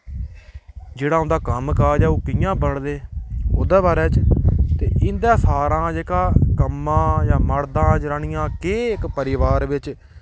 जेह्ड़ा उं'दा कम्मकाज ऐ ओह् कि'यां बंडदे ओह्दे बारे च ते इं'दे सारें हा जेह्का कम्मा जां मर्दा जनानियां केह् इक परिवार बिच्च